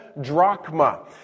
drachma